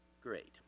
Great